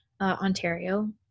Ontario